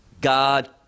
God